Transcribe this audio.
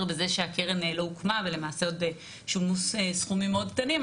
בזה שהקרן לא הוקמה ולמעשה שולמו סכומים מאוד קטנים.